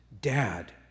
Dad